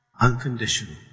unconditional